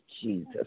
Jesus